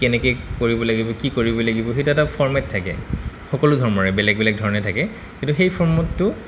কেনেকে কৰিব লাগিব কি কৰিব লাগিব সেইটো এটা ফৰ্মেট থাকে সকলো ধৰ্মৰে বেলেগ বেলেগ ধৰণে থাকে কিন্তু সেই ফৰ্মেতটো